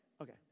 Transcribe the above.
Okay